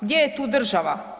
Gdje je tu država?